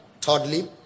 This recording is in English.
thirdly